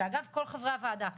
זה אגב כל חברי הוועדה כאן.